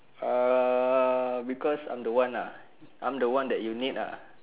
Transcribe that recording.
ah because I'm the one uh I'm the one that you need lah